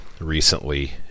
recently